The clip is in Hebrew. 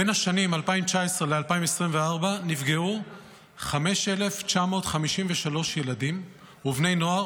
בין השנים 2019 2024 נפגעו 5,953 ילדים ובני נוער